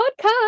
Podcast